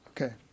Okay